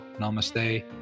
Namaste